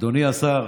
אדוני השר,